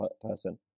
person